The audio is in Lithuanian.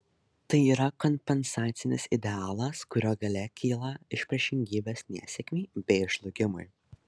tai yra kompensacinis idealas kurio galia kyla iš priešingybės nesėkmei bei žlugimui